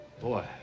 Boy